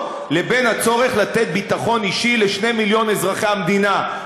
לבין הצורך לתת ביטחון אישי לשני מיליון אזרחי המדינה,